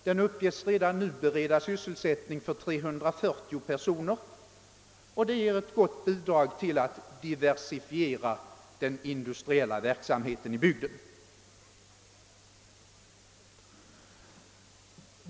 Den uppges redan nu bereda sysselsättning för 340 personer, och det ger ett gott bidrag till att diversifiera den industriella verksamheten i bygden.